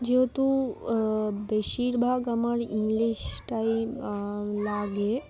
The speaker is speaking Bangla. যেহেতু বেশিরভাগ আমার ইংলিশটাই লাগে